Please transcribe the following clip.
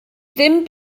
ddim